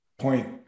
point